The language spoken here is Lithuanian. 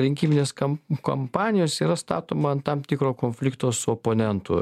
rinkiminės kam kampanijos yra statoma ant tam tikro konflikto su oponentu